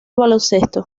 baloncesto